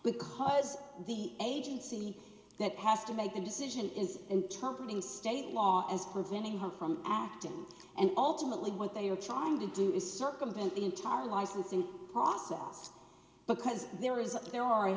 because the agency that has to make a decision is in trumpeting state laws preventing him from acting and ultimately what they are trying to do is circumvent the entire licensing process because there is a there are a